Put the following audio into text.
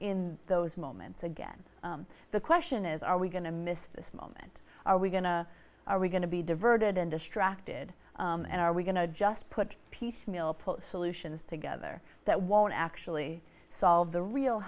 in those moments again and the question is are we going to miss this moment are we going to are we going to be diverted and distracted and are we going to just put piecemeal put solutions together that won't actually solve the real